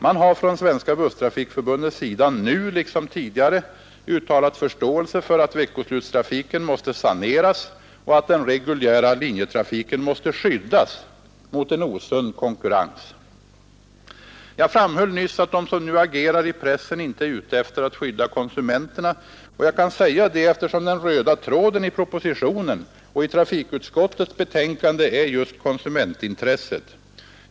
Man har från Svenska busstrafikförbundets sida nu, liksom tidigare, uttalat förståelse för att veckoslustrafiken måste saneras och att den reguljära linjetrafiken måste skyddas mot en osund konkurrens. Jag framhöll nyss att de som nu agerar i pressen inte är ute efter att skydda konsumenterna, och jag kan säga det, eftersom den röda tråden i propositionen och i trafikutskottets betänkande är just konsumentintresset.